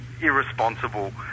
irresponsible